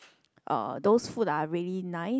uh those food are really nice